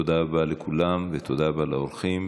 תודה רבה לכולם, ותודה רבה לאורחים.